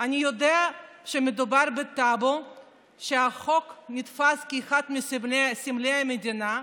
"אני יודע שמדובר בטאבו ושהחוק נתפס כאחד מסמלי המדינה,